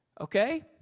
Okay